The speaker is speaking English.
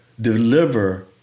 deliver